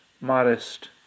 modest